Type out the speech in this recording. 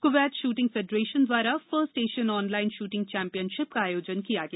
Kuwait shooting federation द्वारा first Asian online shooting championship का आयोजन किया गया